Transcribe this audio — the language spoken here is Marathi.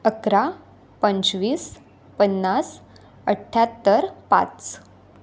अकरा पंचवीस पन्नास अठ्ठयाहत्तर पाच